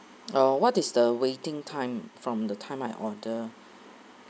oh what is the waiting time from the time I order